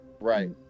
right